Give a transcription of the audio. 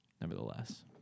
nevertheless